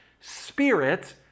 spirit